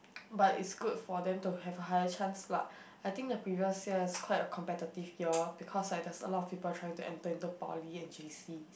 but is good for them to have a higher chance lah I think the previous year is quite a competitive year because like there's a lot of people trying to enter into poly and j_c